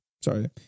Sorry